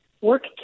work